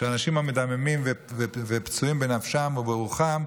שהאנשים המדממים ופצועים בנפשם וברוחם,